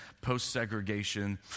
post-segregation